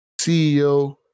CEO